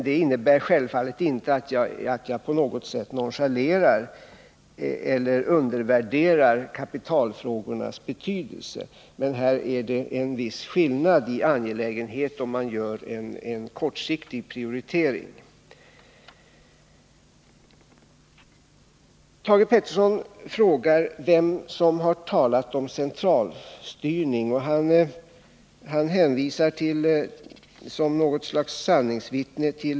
Detta innebär självfallet inte att jag på något sätt undervärderar kapitalfrågornas betydelse. Det är emellertid en viss skillnad när det gäller angelägenhetsgraden om man gör en kortsiktig prioritering. Thage Peterson frågade vem som har talat om centralstyrning. Han hänvisade till tidningen Arbetsgivaren som om den vore något slags sanningsvittne.